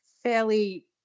Fairly